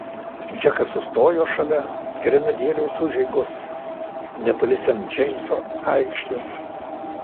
džekas sustojo šalia grenadieriaus užeigos netoli sent džeimso aikštės